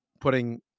putting